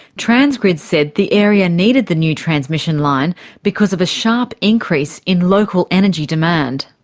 transgrid said the area needed the new transmission line because of a sharp increase in local energy demand.